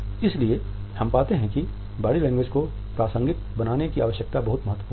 इसलिए हम पाते हैं कि बॉडी लैंग्वेज को प्रासंगिक बनाने की आवश्यकता बहुत महत्वपूर्ण है